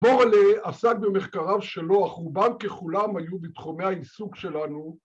‫בוראלה עסק במחקריו שלו, ‫אך רובם ככולם היו בתחומי העיסוק שלנו.